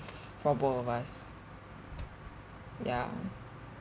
for both of us ya